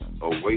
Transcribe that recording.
away